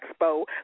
Expo